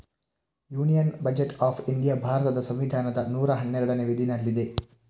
union budget of India ಭಾರತದ ಸಂವಿಧಾನದ ನೂರಾ ಹನ್ನೆರಡನೇ ವಿಧಿನಲ್ಲಿದೆ